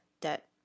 debt